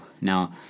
Now